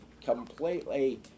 completely